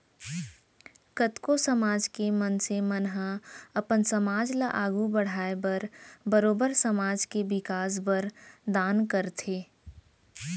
कतको समाज के मनसे मन ह अपन समाज ल आघू बड़हाय बर बरोबर समाज के बिकास बर दान करथे